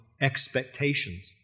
expectations